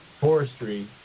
forestry